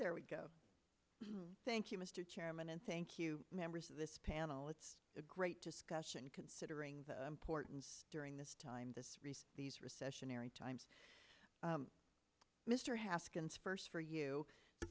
there we go thank you mr chairman and thank you members of this panel it's a great discussion considering the importance during this time this these recessionary times mr haskins first for you